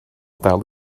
dal